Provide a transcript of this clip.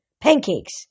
Pancakes